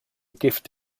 gift